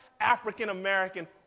African-American